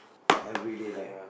everyday right